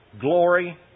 glory